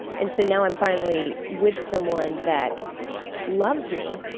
and so now i'm finally with someone that loves me,